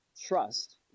trust